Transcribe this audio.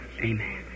Amen